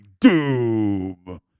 doom